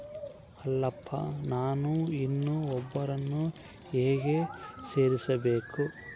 ಅಲ್ಲಪ್ಪ ನಾನು ಇನ್ನೂ ಒಬ್ಬರನ್ನ ಹೇಗೆ ಸೇರಿಸಬೇಕು?